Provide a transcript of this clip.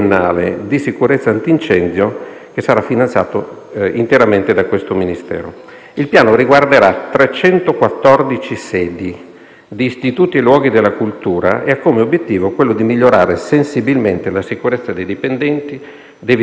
magari si erano spesi milioni di euro ristrutturazione, ma mancava quel pezzettino aggiuntivo per fare la scala antincendio in più, il maniglione antipanico in più e quindi per mettere lo Stato in condizioni di rispondere in modo totale alle esigenze di sicurezza.